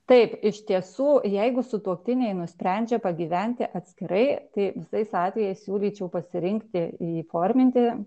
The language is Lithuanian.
taip iš tiesų jeigu sutuoktiniai nusprendžia pagyventi atskirai tai tais atvejais siūlyčiau pasirinkti įforminti